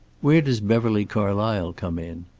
where does beverly carlysle come in?